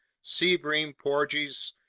sea bream, porgies,